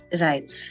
right